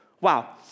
wow